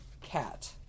Cat